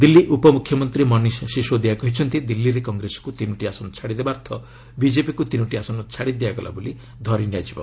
ଦିଲ୍ଲୀ ଉପମୁଖ୍ୟମନ୍ତ୍ରୀ ମନିଶ ସିଶୋଦିଆ କହିଛନ୍ତି ଦିଲ୍ଲୀରେ କଂଗ୍ରେସକୁ ତିନୋଟି ଆସନ ଛାଡ଼ିଦେବା ଅର୍ଥ ବିଜେପିକୁ ତିନୋଟି ଆସନ ଛାଡ଼ି ଦିଆଗଲା ବୋଲି ଧରିନିଆ ଯିବ